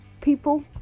people